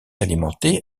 alimentée